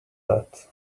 that